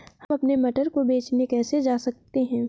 हम अपने मटर को बेचने कैसे जा सकते हैं?